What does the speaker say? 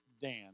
Dan